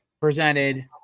Presented